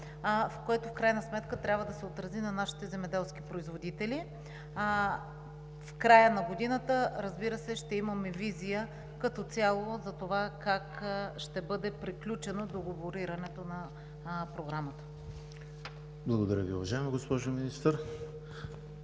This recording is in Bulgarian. което в крайна сметка трябва да се отрази на нашите земеделски производители. В края на годината, разбира се, ще имаме визия като цяло за това как ще бъде приключено договорирането на Програмата. ПРЕДСЕДАТЕЛ ЕМИЛ ХРИСТОВ: Благодаря Ви, уважаема госпожо Министър.